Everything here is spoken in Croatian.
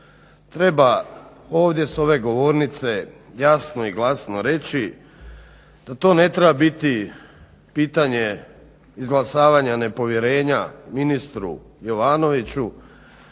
treba ovdje s ove govornice jasno i glasno reći da to ne treba biti pitanje izglasavanja nepovjerenja ministru Jovanoviću